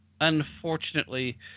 unfortunately